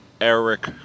Eric